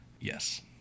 yes